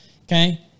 Okay